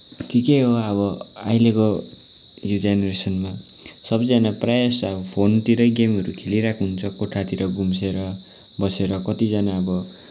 ठिकै हो अब अहिलेको यो जेनेरेसनमा सबजना होइन प्रायः जस्तो फोनतिरै गेमहरू खेलिरहेको हुन्छ कोठातिर गुम्सेर बसेर कतिजना अब